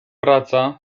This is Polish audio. praca